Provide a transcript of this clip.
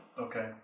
Okay